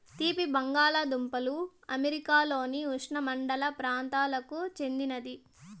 తీపి బంగాలదుంపలు అమెరికాలోని ఉష్ణమండల ప్రాంతాలకు చెందినది